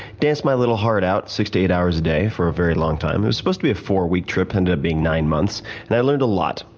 danced my little heart out six to eight hours a day for a very long time. it was supposed to be a four-week trip, ended up being nine months and i learned a lot.